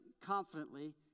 confidently